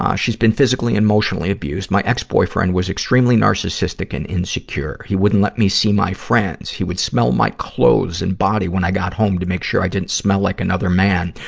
um she's been physically and emotionally abused. my ex-boyfriend was extremely narcissistic and insecure. he wouldn't let me see my friends. he would smell my clothes and body when i got home to make sure i didn't smell like another man,